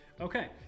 Okay